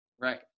Right